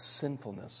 sinfulness